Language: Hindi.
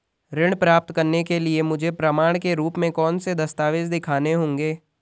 ऋण प्राप्त करने के लिए मुझे प्रमाण के रूप में कौन से दस्तावेज़ दिखाने होंगे?